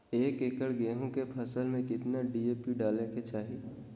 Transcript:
एक एकड़ गेहूं के फसल में कितना डी.ए.पी डाले के चाहि?